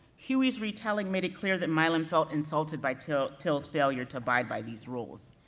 huie's retelling made it clear that milam felt insulted by till's till's failure to abide by these rules.